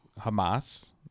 Hamas